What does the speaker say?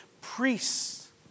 priests